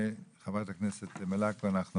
חברת הכנסת מלקו ואני,